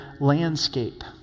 landscape